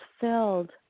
filled